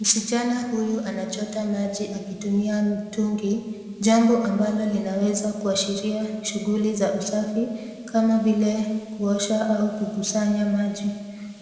Mschana huyu anachota maji akitumia mtungi , jambo ambalo linaweza kuashiria shughuli za usafi kama vile; kuosha au kukusanya maji.